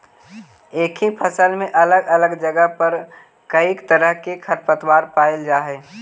एक ही फसल में अलग अलग जगह पर कईक तरह के खरपतवार पायल जा हई